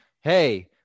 Hey